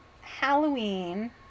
Halloween